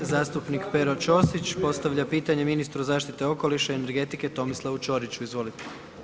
Zastupnik Pero Ćosić, postavlja pitanje ministru zaštite okoliša i energetike Tomislavu Čoriću, izvolite.